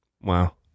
wow